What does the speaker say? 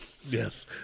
Yes